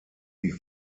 wie